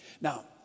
Now